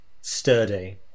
Sturdy